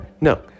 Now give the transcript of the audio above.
no